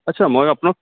আচ্ছা মই আপোনাক